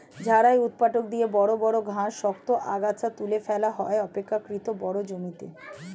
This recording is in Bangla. ঝাড়াই ঊৎপাটক দিয়ে বড় বড় ঘাস, শক্ত আগাছা তুলে ফেলা হয় অপেক্ষকৃত বড় জমিতে